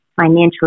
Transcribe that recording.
financially